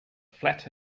flat